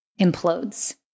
implodes